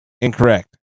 incorrect